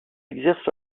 exercent